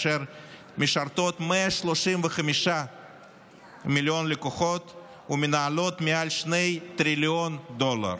אשר משרתות 135 מיליון לקוחות ומנהלות מעל שני טריליון דולר.